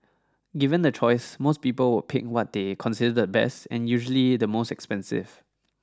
given the choice most people would pick what they consider the best and usually the most expensive